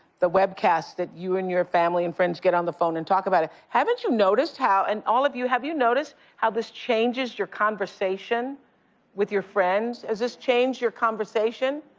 the web cast that you and your family and friends get on the phone and talked about it. haven't you noticed how and all of you, have you noticed how this changes your conversation with your friends. has this changed you conversation?